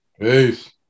Peace